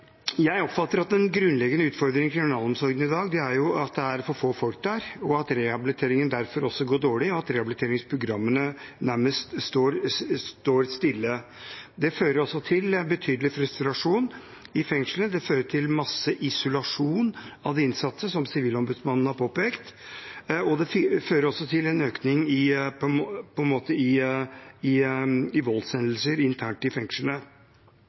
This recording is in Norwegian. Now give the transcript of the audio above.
Jeg oppfatter at den grunnleggende utfordringen i kriminalomsorgen i dag er at det er for få folk der, at rehabiliteringen derfor går dårlig, og at rehabiliteringsprogrammene nærmest står stille. Det fører også til betydelig frustrasjon i fengslene, det fører til masse isolasjon av de innsatte, som Sivilombudsmannen har påpekt, og det fører også til en økning i voldshendelser internt i fengslene. Dette er den aller største utfordringen i kriminalomsorgen i dag. Så det jeg hadde forventet å lese om i